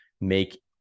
make